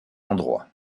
endroit